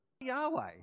Yahweh